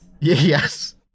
yes